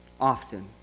often